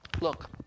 Look